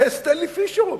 זה סטנלי פישר אומר,